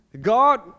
God